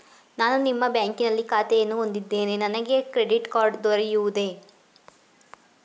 ನಾನು ನಿಮ್ಮ ಬ್ಯಾಂಕಿನಲ್ಲಿ ಖಾತೆಯನ್ನು ಹೊಂದಿದ್ದೇನೆ ನನಗೆ ಕ್ರೆಡಿಟ್ ಕಾರ್ಡ್ ದೊರೆಯುವುದೇ?